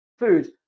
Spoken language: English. Food